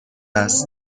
است